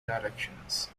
directions